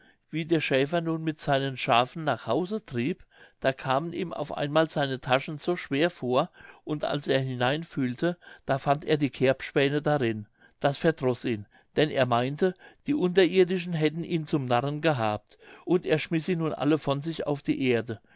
wie der schäfer nun mit seinen schafen nach hause trieb da kamen ihm auf einmal seine taschen so schwer vor und als er hineinfühlte da fand er die kerbspähne darin das verdroß ihn denn er meinte die unterirdischen hätten ihn zum narren gehabt und er schmiß sie nun alle von sich auf die erde